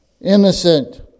innocent